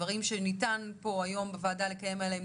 דברים שניתן פה היום בוועדה לקיים עליהם